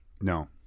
no